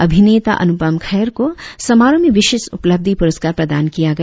अभिनेता अनुपम खेर को समारोह में विशिष्ट उपलब्धि पुरस्कार प्रदान किया गया